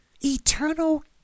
eternal